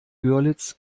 görlitz